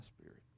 spirit